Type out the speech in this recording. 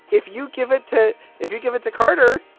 if you give it to if you give it to carter,